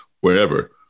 wherever